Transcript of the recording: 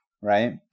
right